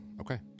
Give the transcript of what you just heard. Okay